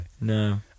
No